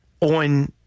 on